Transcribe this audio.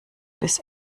bis